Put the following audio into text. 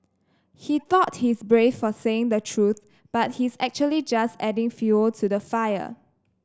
he thought he's brave for saying the truth but he's actually just adding fuel to the fire